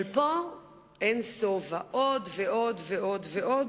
אבל פה אין שובע, עוד ועוד ועוד.